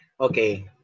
okay